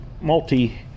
multi